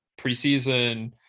preseason